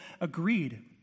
agreed